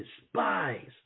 despise